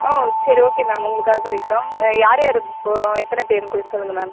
ம் சரி okay ma'am உங்களுக்காக குறைக்குறோம் யார் யார் போகிறோம் எத்தனை பேருன்னு கொஞ்சம் சொல்லுங்கள் மேம்